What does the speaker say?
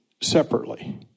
separately